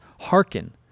hearken